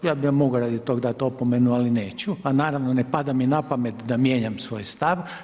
Ja bi vam mogao radi toga dati opomenu, ali neću, pa naravno ne pada mi na pamet da mijenjam svoj stav.